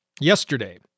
yesterday